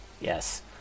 yes